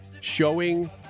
showing